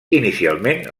inicialment